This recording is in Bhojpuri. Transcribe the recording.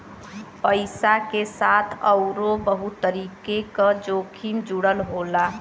पइसा के साथ आउरो बहुत तरीके क जोखिम जुड़ल होला